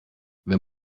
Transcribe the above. wenn